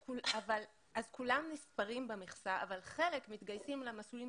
כולם נספרים במכסה אבל חלק מתגייסים למסלולים